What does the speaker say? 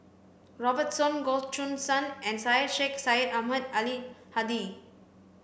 Robert Soon Goh Choo San and Syed Sheikh Syed Ahmad Al Hadi